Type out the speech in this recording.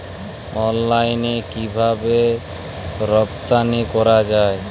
অনলাইনে কিভাবে রপ্তানি করা যায়?